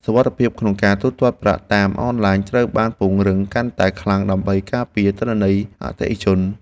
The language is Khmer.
សុវត្ថិភាពក្នុងការទូទាត់ប្រាក់តាមអនឡាញត្រូវបានពង្រឹងកាន់តែខ្លាំងដើម្បីការពារទិន្នន័យអតិថិជន។